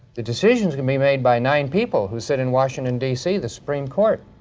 the decision's gonna be made by nine people who sit in washington d c, the supreme court.